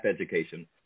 education